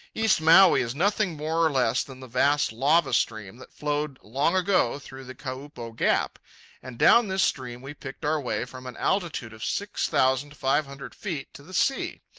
east maui is nothing more or less than the vast lava stream that flowed long ago through the kaupo gap and down this stream we picked our way from an altitude of six thousand five hundred feet to the sea.